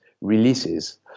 releases